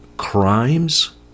crimes